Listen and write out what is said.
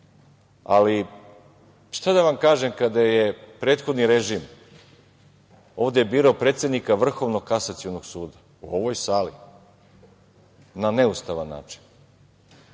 zlo. Šta da vam kažem, kada je prethodni režim ovde birao predsednika Vrhovnog kasacionog suda u ovoj sali na neustavan način.